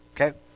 Okay